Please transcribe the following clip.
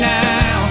now